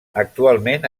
actualment